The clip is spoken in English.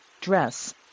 dress